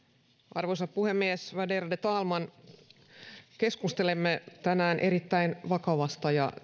arvoisa puhemies värderade talman keskustelemme tänään erittäin vakavasta ja